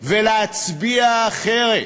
ולהצביע אחרת?